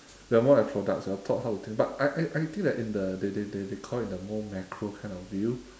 we are more like products we are taught how to think but I I think like in the they they they they call it in a more macro kind of view